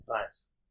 Nice